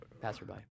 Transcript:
passerby